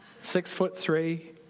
Six-foot-three